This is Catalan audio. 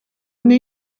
una